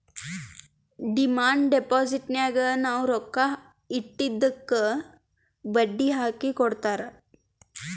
demand ಡಿಪೋಸಿಟ್ನಾಗ್ ನಾವ್ ರೊಕ್ಕಾ ಇಟ್ಟಿದ್ದುಕ್ ಬಡ್ಡಿ ಹಾಕಿ ಕೊಡ್ತಾರ್